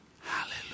Hallelujah